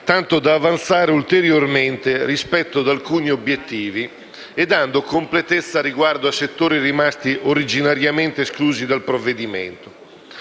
tanto da avanzare ulteriormente rispetto ad alcuni obiettivi e dando completezza riguardo a settori rimasti originariamente esclusi dal provvedimento.